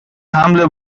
حمل